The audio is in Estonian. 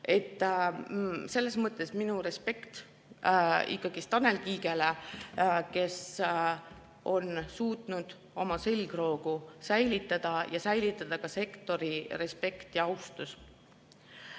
Selles mõttes on mul respekt ikkagi Tanel Kiige vastu, kes on suutnud oma selgroogu säilitada ja säilitada ka sektori respekti ja austuse.